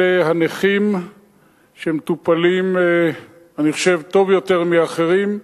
אלה הנכים שמטופלים, אני חושב, טוב יותר מאחרים,